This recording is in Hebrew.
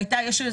די אם